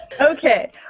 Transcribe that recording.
Okay